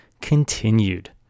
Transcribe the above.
continued